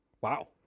wow